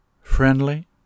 friendly